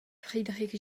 friedrich